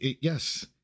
Yes